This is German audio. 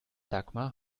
dagmar